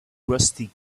rusty